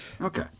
Okay